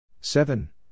Seven